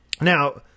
Now